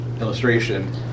illustration